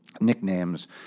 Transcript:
nicknames